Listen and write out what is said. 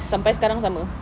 sampai sekarang sama